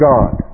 God